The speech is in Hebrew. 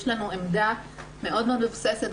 יש לנו עמדה מאוד מאוד מבוססת,